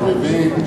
אתה מבין,